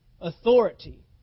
Authority